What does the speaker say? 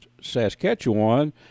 Saskatchewan